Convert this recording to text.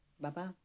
Bye-bye